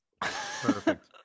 Perfect